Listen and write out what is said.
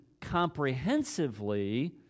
comprehensively